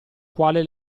quale